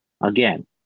Again